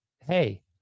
Hey